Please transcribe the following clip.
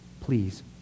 Please